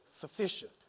sufficient